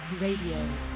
Radio